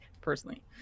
personally